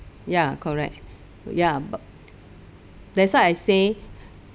ya correct ya but that's why I say